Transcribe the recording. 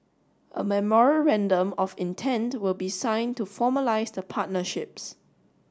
a memorandum of intent will be sign to formalise the partnerships